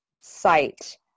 site